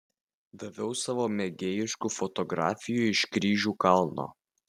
daviau savo mėgėjiškų fotografijų iš kryžių kalno